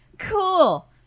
Cool